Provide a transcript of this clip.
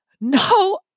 No